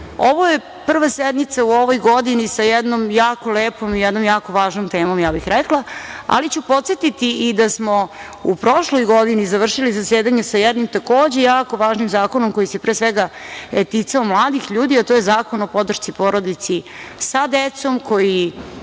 je prva sednica u ovoj godini sa jednom jako lepom i jednom jako važnom temom, ja bih rekla, ali ću podsetiti i da smo u prošloj godini završili zasedanje sa jednim takođe jako važnim zakonom koji se pre svega ticao mladih ljudi, a to je Zakon o podršci porodici sa decom, koji